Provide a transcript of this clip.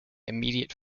immediate